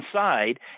inside